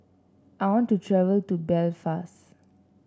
I want to travel to Belfast